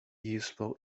useful